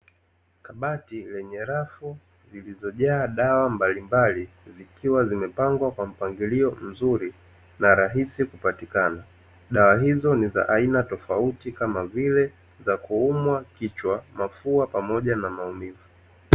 Kabati lenye rafu zilizojaa dawa mbalimbali ikiwa zimepangwa kwa mpangilio mzuri na rahisi kupatikana, dawa hizo ni za aina tofauti kama vile za kuumwa kichwa, mafua pamoja na maumivu.